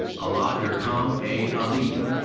alaa dhrgham a. aleid.